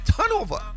turnover